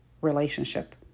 relationship